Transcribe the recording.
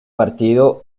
partido